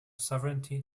sovereignty